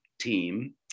team